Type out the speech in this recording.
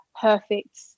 perfect